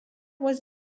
was